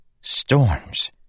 Storms